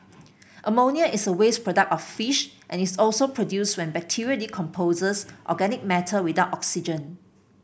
ammonia is a waste product of fish and is also produced when bacteria decomposes organic matter without oxygen